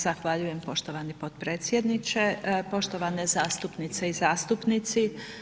Zahvaljujem poštovani potpredsjedniče, poštovane zastupnice i zastupnici.